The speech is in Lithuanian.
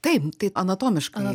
taip tai anatomiškai